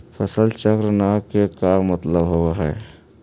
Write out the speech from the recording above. फसल चक्र न के का मतलब होब है?